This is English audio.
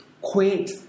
quaint